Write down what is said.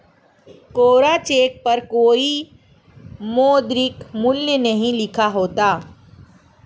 कोरा cheque पर कोई मौद्रिक मूल्य नहीं लिखा होता है